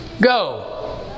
go